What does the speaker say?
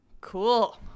cool